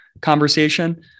conversation